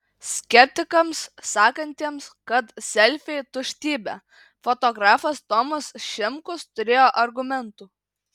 skeptikams sakantiems kad selfiai tuštybė fotografas tomas šimkus turėjo argumentų